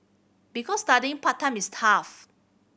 because studying part time is tough